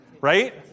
Right